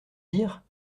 dire